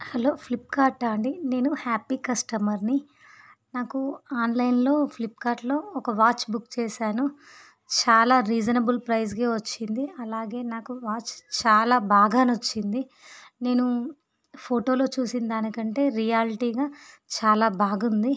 hello Flipkart ఆ అండి నేను హ్యాపీ కస్టమర్ని నాకు ఆన్లైన్లో ఫ్లిప్కార్ట్లో ఒక వాచ్ బుక్ చేశాను చాలా రీజనబుల్ ప్రైస్కి వచ్చింది అలాగే నాకు వాచ్ చాలా బాగా నచ్చింది నేను ఫోటోలో చూసిన దానికంటే రియాల్టీగా చాలా బాగుంది